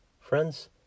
Friends